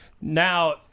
Now